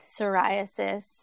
psoriasis